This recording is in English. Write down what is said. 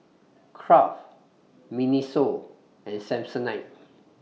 Kraft Miniso and Samsonite